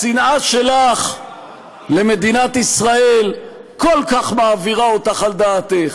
השנאה שלך למדינת ישראל כל כך מעבירה אותך על דעתך,